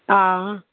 आं